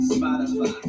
Spotify